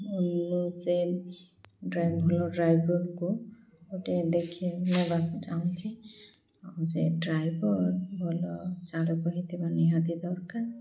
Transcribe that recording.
ମୁଁ ସେ ଡ୍ରାଇଭରକୁ ଗୋଟେ ଦେଖି ନବାକୁ ଚାହୁଁଛି ଆଉ ସେ ଡ୍ରାଇଭର ଭଲ ଚାଲୁ କରୁଥିବା ନିହାତି ଦରକାର